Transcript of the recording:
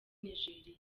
nigeria